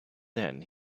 then